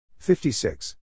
56